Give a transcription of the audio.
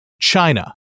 China